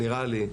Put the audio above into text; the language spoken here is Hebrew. נראה לי,